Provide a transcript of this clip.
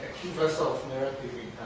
ourself narrative